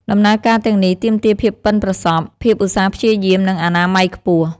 ដំណើរការទាំងនេះទាមទារភាពប៉ិនប្រសប់ ភាពឧស្សាហ៍ព្យាយាម និងអនាម័យខ្ពស់។